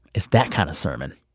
it's that kind of sermon.